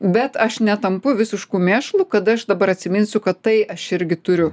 bet aš netampu visišku mėšlu kad aš dabar atsiminsiu kad tai aš irgi turiu